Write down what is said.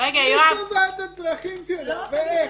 מי קובע את הצרכים שלו ואיך.